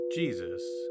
Jesus